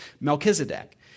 Melchizedek